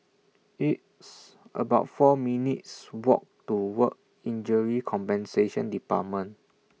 It's about four minutes' Walk to Work Injury Compensation department